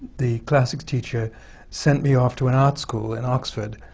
the classics teacher sent me off to an art school in oxford.